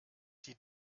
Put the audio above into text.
die